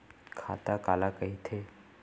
खाता काला कहिथे?